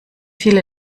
viele